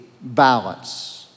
balance